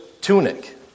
tunic